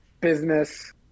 business